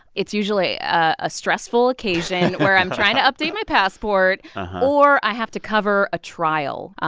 it's usually a stressful occasion where i'm trying to update my passport or i have to cover a trial.